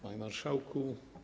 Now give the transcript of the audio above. Panie Marszałku!